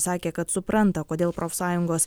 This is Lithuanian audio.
sakė kad supranta kodėl profsąjungos